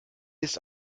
ist